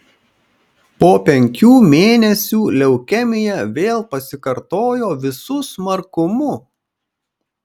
po penkių mėnesių leukemija vėl pasikartojo visu smarkumu